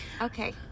Okay